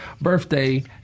birthday